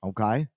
Okay